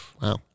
Wow